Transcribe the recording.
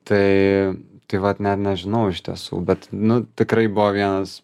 tai tai vat net nežinau iš tiesų bet nu tikrai buvo vienas